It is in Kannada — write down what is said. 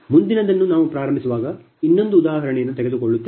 ಮುಂದಿನದನ್ನು ನಾವು ಪ್ರಾರಂಭಿಸುವಾಗ ಇನ್ನೊಂದು ಉದಾಹರಣೆಯನ್ನು ತೆಗೆದುಕೊಳ್ಳುತ್ತೇವೆ